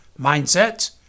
mindsets